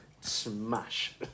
smash